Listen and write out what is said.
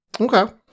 Okay